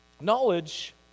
Knowledge